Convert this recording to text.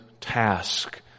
task